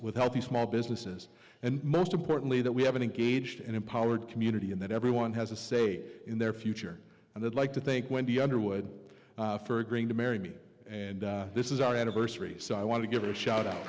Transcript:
with healthy small businesses and most importantly that we have an engaged and empowered community and that everyone has a say in their future and i'd like to think wendy underwood for agreeing to marry me and this is our anniversary so i want to give a shout out